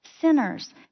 Sinners